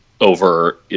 Over